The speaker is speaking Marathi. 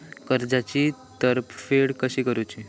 कर्जाची परतफेड कशी करूची?